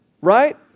Right